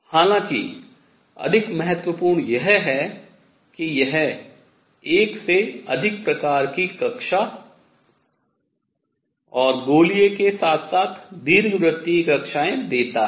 हालांकि अधिक महत्वपूर्ण यह है कि यह एक से अधिक प्रकार की कक्षा और गोलीय के साथ साथ दीर्घवृत्तीय कक्षाएँ देता है